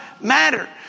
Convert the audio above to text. matter